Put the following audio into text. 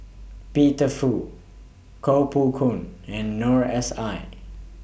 Peter Fu Kuo Pao Kun and Noor S I